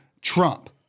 Trump